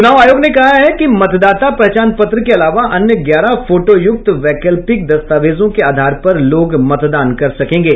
चुनाव आयोग ने कहा है कि मतदाता पहचान पत्र के अलावा अन्य ग्यारह फोटोयूक्त वैकल्पिक दस्तावेजों के आधार पर लोग मतदान कर सकेंगे